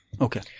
Okay